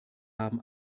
haben